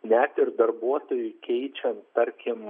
net ir darbuotojui keičiant tarkim